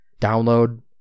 download